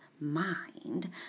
mind